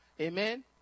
Amen